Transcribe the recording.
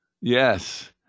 Yes